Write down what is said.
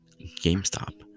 GameStop